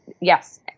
yes